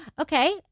Okay